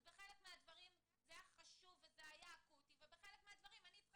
אז בחלק מהדברים זה היה חשוב ואקוטי ובחלק מהדברים אני צריכה